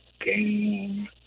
game